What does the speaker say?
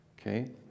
Okay